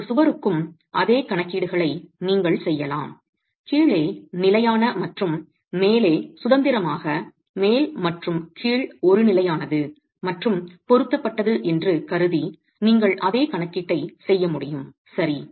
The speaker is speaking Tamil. ஒரு சுவருக்கும் அதே கணக்கீடுகளை நீங்கள் செய்யலாம் கீழே நிலையான மற்றும் மேலே சுதந்திரமாக மேல் மற்றும் கீழ் ஒரு நிலையானது மற்றும் பொருத்தப்பட்டது என்று கருதி நீங்கள் அதே கணக்கீடு செய்ய முடியும் சரி